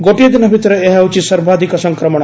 ଗୋଟିଏ ଦିନ ଭିତରେ ଏହା ହେଉଛି ସର୍ବାଧିକ ସଂକ୍ରମଣ